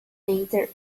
enter